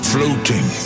Floating